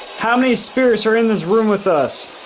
how many spears are in this room with us.